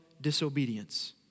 disobedience